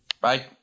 Bye